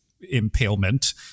impalement